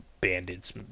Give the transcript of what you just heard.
bandits